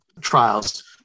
trials